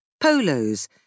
polos